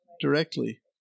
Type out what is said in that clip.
directly